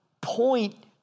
point